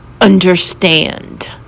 understand